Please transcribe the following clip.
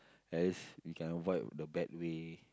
at least we can avoid the bad way